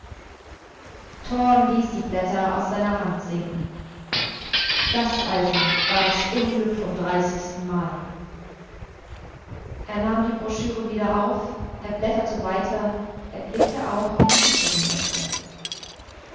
ließ die blätter aus seiner hand sinken das also war das unglück vom dreißigsten mai er nahm die broschüre wieder auf er blätterte weiter er blickte auch in die übrigen hefte